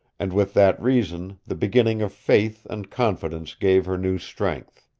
and with that reason the beginning of faith and confidence gave her new strength.